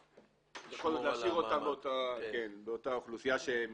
בכל זאת להשאיר אותם באותה אוכלוסייה שהם